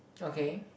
okay